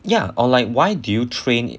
ya or like why do you train